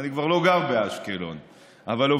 אבל אני כבר לא גר באשקלון.